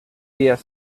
lewis